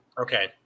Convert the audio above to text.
Okay